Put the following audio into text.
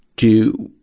do,